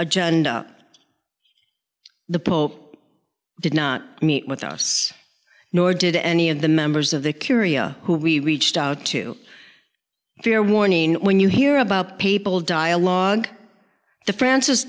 agenda the pope did not meet with us nor did any of the members of the curia who we reached out to fair warning when you hear about papal dialogue the francis